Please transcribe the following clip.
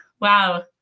wow